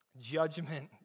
judgment